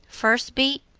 first beat,